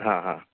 हां हां